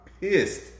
pissed